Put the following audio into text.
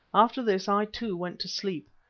after this i, too, went to sleep.